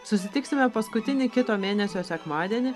susitiksime paskutinį kito mėnesio sekmadienį